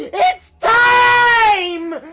it's time!